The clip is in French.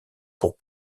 pour